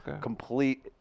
complete